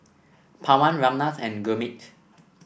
Pawan Ramnath and Gurmeet